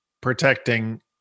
protecting